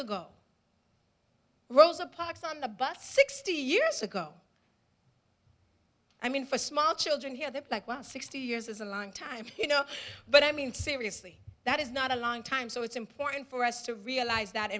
ago rosa parks on the bus sixty years ago i mean for small children here they're like well sixty years is a long time you know but i mean seriously that is not a long time so it's important for us to realize that